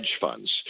funds